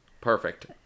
Perfect